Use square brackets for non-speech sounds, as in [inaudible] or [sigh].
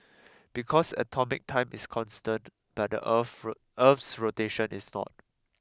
because atomic time is constant but the Earth [unintelligible] Earth's rotation is not